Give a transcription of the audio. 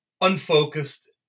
unfocused